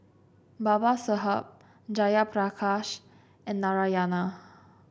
Babasaheb Jayaprakash and Narayana